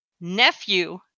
nephew